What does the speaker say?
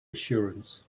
assurance